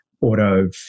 auto